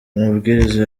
amabwiriza